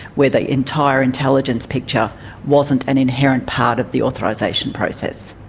where the entire intelligence picture wasn't an inherent part of the authorisation process.